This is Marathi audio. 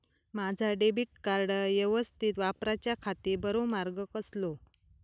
माजा डेबिट कार्ड यवस्तीत वापराच्याखाती बरो मार्ग कसलो?